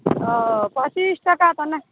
ओ पचीस टके तऽ नहि